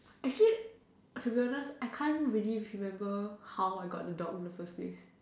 actually to be honest I can't really remember how I got the dog in the first place